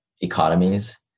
economies